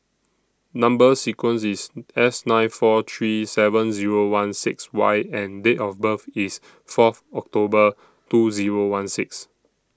Number sequence IS S nine four three seven Zero one six Y and Date of birth IS Fourth October two Zero one six